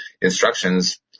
instructions